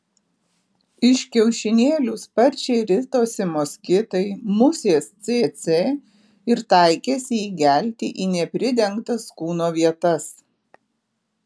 iš kiaušinėlių sparčiai ritosi moskitai musės cėcė ir taikėsi įgelti į nepridengtas kūno vietas